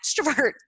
extrovert